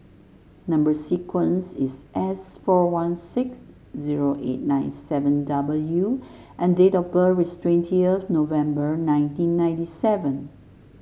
number sequence is S four one six zero eight nine seven W and date of birth is twentieth November nineteen ninety seven